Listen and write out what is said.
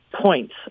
points